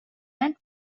and